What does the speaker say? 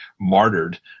martyred